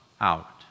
out